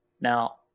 Now